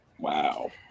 Wow